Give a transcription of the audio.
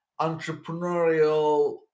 entrepreneurial